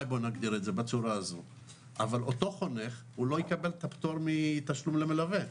אבל אותו חונך הוא לא יקבל את הפטור מתשלום למלווה,